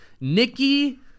Nikki